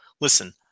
Listen